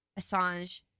Assange